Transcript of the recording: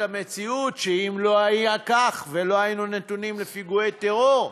שאם לא היה כך ולא היינו נתונים לפיגועי טרור,